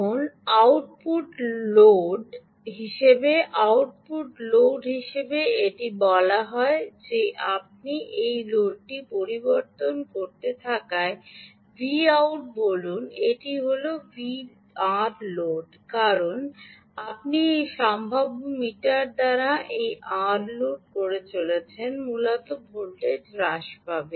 এখন output load হিসাবে output load হিসাবে এটি বলা হয় যে আপনি এই লোডটি পরিবর্তন করতে থাকায় Vout বলুন এটি হল Rload কারণ আপনি এই সম্ভাব্য মিটার দ্বারা এই Rload লোড করে চলেছেন মূলত ভোল্টেজ হ্রাস পাবে